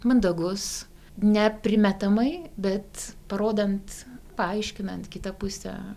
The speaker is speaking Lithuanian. mandagus ne primetamai bet parodant paaiškinant kitą pusę